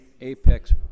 Apex